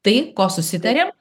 tai ko susitarėm